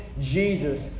Jesus